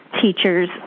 teachers